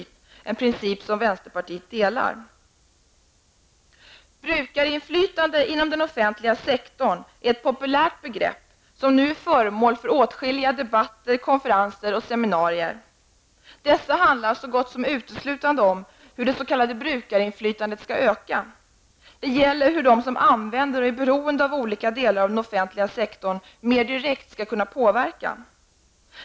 Det är en princip som vi i vänsterpartiet omhuldar. Brukarinflytande inom den offentliga sektorn är ett populärt begrepp som nu är föremål för åtskilliga debatter, konferenser och seminarier. Dessa handlar så gott som uteslutande om hur det s.k. brukarinflytandet skall öka. Det gäller hur de som använder och är beroende av olika delar av den offentliga sektorn mer direkt skall kunna påverka.